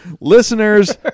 Listeners